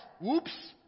Whoops